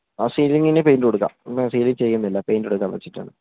ആ സീലിങ്ങിന്ന് പെയ്ൻറ്റ് കൊടുക്കാം സീലിങ്ങ് ചെയ്യുന്നില്ല പെയ്ൻറ്റ് കൊടുക്കാമെന്നുവച്ചിട്ടാണ്